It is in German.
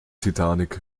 titanic